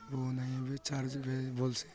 ହେଉନାହିଁ ଏବେ ଚାର୍ଜ୍ ଏବେ ଭଲସେ